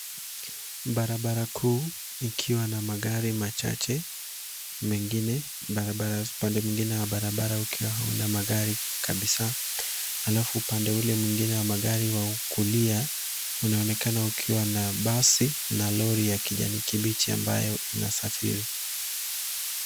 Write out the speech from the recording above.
Barabara kuu ikiwa na magari machache, mengine barabara kwa upande mwingine hauna magari kabisa, alafu upande mwingine wa kulia ukiwa na basi na lori ya kijani kibichi ambayo inasafiri.